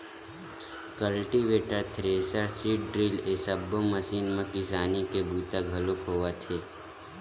cultivator, thresher, seed drill ए सब्बो machine म किसानी के बूता घलोक होवत हे